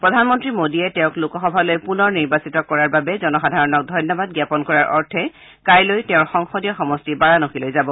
প্ৰধানমন্তী মোদীয়ে তেওকঁ লোকসভালৈ পুনৰ নিৰ্বাচিত কৰাৰ বাবে জনসাধাৰণক ধন্যবাদ জ্ঞাপন কৰাৰ অৰ্থে কাইলৈ তেওঁৰ সংসদীয় সমষ্টি বাৰানসীলৈ যাব